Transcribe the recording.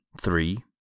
three